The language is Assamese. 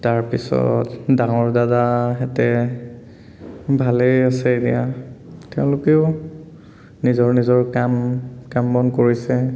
তাৰ পিছত ডাঙৰ দাদাহেঁতে ভালেই আছে এতিয়া তেওঁলোকেও নিজৰ নিজৰ কাম কাম বন কৰিছে